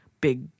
big